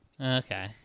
Okay